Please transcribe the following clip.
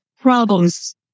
problems